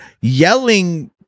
yelling